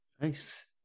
Nice